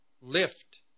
lift